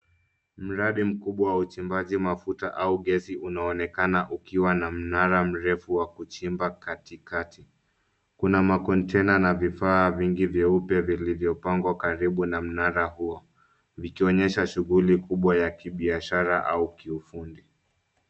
Mradi mkubwa wa uchimbaji mafuta au gesi unaonekana ukiwa na mnara mrefu wa kuchimba katikati. Kuna makontena na vifaa vingi vyeupe vilivyopangwa karibu na mnara huo vikionyesha shughuli kubwa ya kibiashara au kiufundi.